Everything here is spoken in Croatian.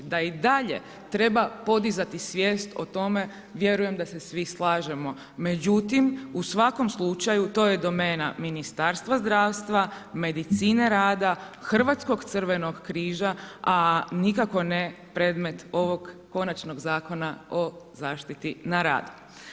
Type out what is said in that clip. Da i dalje treba podizati svijest o tome, vjerujem da se svi slažemo, međutim u svakom slučaju to je domena Ministarstva zdravstva, medicine rada, Hrvatskog crvenog križa, a nikako ne predmet ovog konačnog zakona o zaštiti na radu.